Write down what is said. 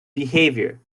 behavior